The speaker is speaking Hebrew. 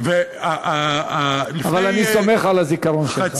אבל אני סומך על הזיכרון שלך.